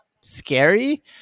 scary